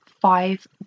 five